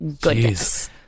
goodness